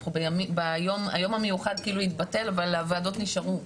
היום המיוחד כאילו התבטל אבל הוועדות נשארו.